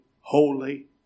holy